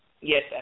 Yes